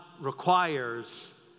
requires